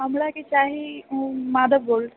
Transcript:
हमराके चाही मू माधव गोल्ड